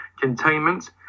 Containment